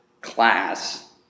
class